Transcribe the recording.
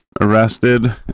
arrested